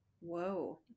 Whoa